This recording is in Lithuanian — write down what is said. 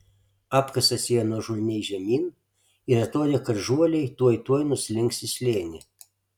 apkasas ėjo nuožulniai žemyn ir atrodė kad žuoliai tuoj tuoj nuslinks į slėnį